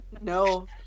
No